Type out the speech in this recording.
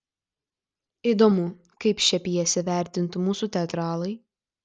įdomu kaip šią pjesę vertintų mūsų teatralai